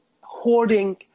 hoarding